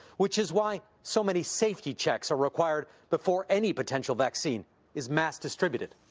which is why so many safety checks are required before any potential vaccine is mass distributed.